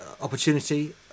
opportunity